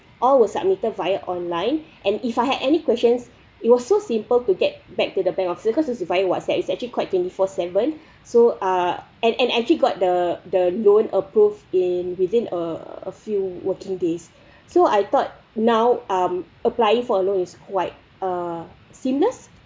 all were submitted via online and if I had any questions it was so simple to get back to the bank officers cause it's via whatsapp it's actually quite twenty four seven so uh and and actually got the the loan approved in within a few working days so I thought now um applying for a loan it's quite uh seamless